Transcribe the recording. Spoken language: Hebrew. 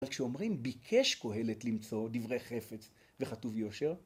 אבל כשאומרים ביקש קהלת למצוא דברי חפץ וכתוב יושר